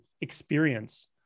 experience